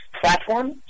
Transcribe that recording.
platform